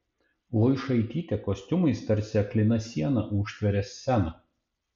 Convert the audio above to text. luišaitytė kostiumais tarsi aklina siena užtveria sceną